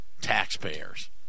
taxpayers